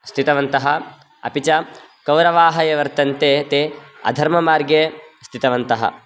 स्थितवन्तः अपि च कौरवाः ये वर्तन्ते ते अधर्ममार्गे स्थितवन्तः